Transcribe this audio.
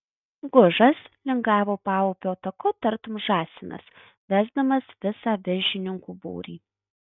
gužas lingavo paupio taku tartum žąsinas vesdamas visą viršininkų būrį